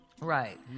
Right